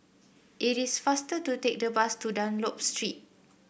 it is faster to take the bus to Dunlop Street